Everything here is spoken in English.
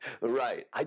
Right